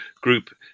Group